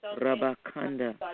Rabakanda